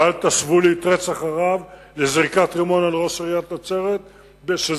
ואל תשוו את רצח הרב לזריקת הרימון על ראש עיריית נצרת בשבוע שעבר,